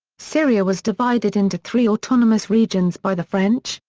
syria was divided into three autonomous regions by the french,